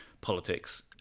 politics